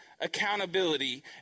accountability